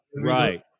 right